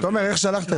תומר, איך שלחת את זה?